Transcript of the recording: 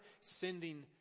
sending